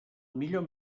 millor